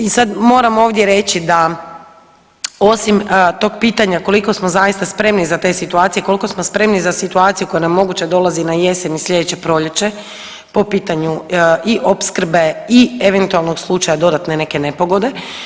I sad moram ovdje reći da osim tog pitanja koliko smo zaista spremni za te situacije, kolko smo spremni za situaciju koja nam moguće dolazi na jesen i slijedeće proljeće po pitanju i opskrbe i eventualnog slučaja dodatne neke nepogode?